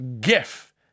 GIF